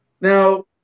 Now